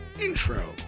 intro